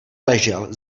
ležel